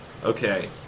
Okay